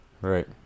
right